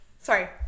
sorry